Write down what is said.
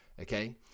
okay